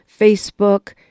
Facebook